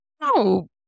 No